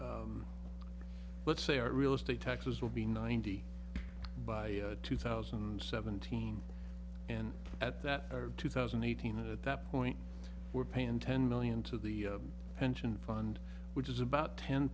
let's say our real estate taxes will be ninety by two thousand and seventeen and at that two thousand and eighteen at that point we're paying ten million to the pension fund which is about ten